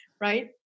right